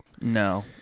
no